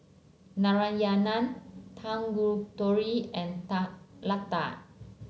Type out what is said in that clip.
Narayana Tanguturi and Ta Lada